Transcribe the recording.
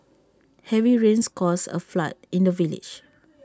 heavy rains caused A flood in the village